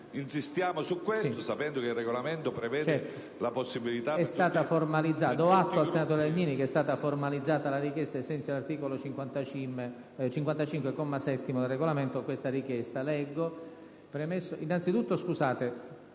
insistiamo su questo punto, sapendo che il Regolamento prevede tale possibilità.